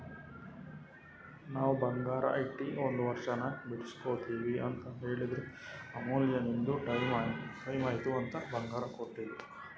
ನಾವ್ ಬಂಗಾರ ಇಟ್ಟಿ ಒಂದ್ ವರ್ಷನಾಗ್ ಬಿಡುಸ್ಗೊತ್ತಿವ್ ಅಂತ್ ಹೇಳಿದ್ರ್ ಆಮ್ಯಾಲ ನಿಮ್ದು ಟೈಮ್ ಐಯ್ತ್ ಅಂತ್ ಬಂಗಾರ ಕೊಟ್ಟೀಲ್ಲ್